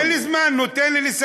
אין לי זמן, נו, תן לי לסיים.